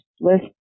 list